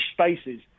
spaces